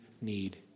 need